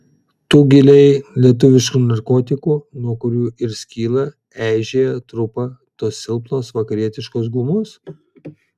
tų giliai lietuviškų narkotikų nuo kurių ir skyla eižėja trupa tos silpnos vakarietiškos gumos